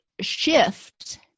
shift